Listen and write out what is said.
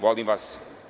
Volim vas.